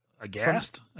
Aghast